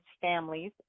families